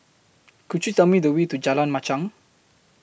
Could YOU Tell Me The Way to Jalan Machang